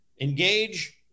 engage